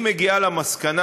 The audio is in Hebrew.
היא מגיעה למסקנה,